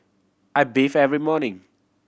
I bathe every morning